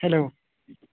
hello